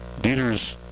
Dieters